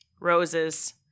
Roses